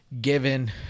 given